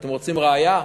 אתם רוצים ראיה?